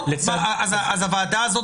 ואפילו להפך,